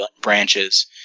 branches